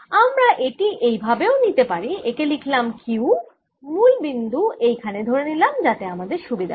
আমরা এটি এই ভাবেও নিতে পারি একে লিখলাম Q মূল বিন্দু এইখানে ধরে নিলাম যাতে আমাদের সুবিধে হয়